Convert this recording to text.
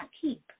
keep